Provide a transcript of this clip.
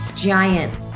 giant